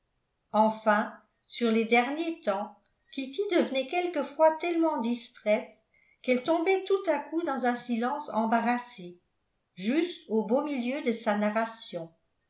enfin sur les derniers temps kitty devenait quelquefois tellement distraite qu'elle tombait tout à coup dans un silence embarrassé juste au beau milieu de sa narration